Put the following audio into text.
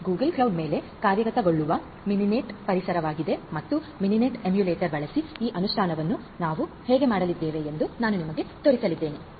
ಇದು Google Cloud ಮೇಲೆ ಕಾರ್ಯಗತಗೊಳ್ಳುವ ಮಿನಿನೆಟ್ ಪರಿಸರವಾಗಿದೆ ಮತ್ತು ಮಿನಿನೆಟ್ ಎಮ್ಯುಲೇಟರ್ ಬಳಸಿ ಈ ಅನುಷ್ಠಾನವನ್ನು ನಾವು ಹೇಗೆ ಮಾಡಲಿದ್ದೇವೆ ಎಂದು ನಾನು ನಿಮಗೆ ತೋರಿಸಲಿದ್ದೇನೆ